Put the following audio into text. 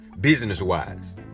business-wise